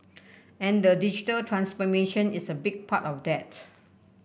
and the digital transformation is a big part of that